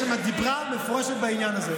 שיש שם דיבר מפורש בעניין הזה.